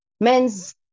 men's